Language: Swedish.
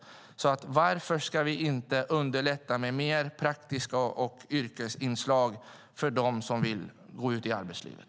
Varför ska vi inte underlätta med mer praktiska inslag och yrkesinslag för dem som vill gå ut i arbetslivet?